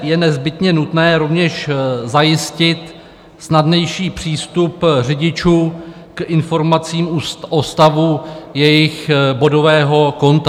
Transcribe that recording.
Je nezbytně nutné rovněž zajistit snadnější přístup řidičů k informacím o stavu jejich bodového konta.